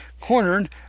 Cornered